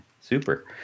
super